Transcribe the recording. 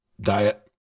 diet